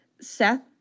Seth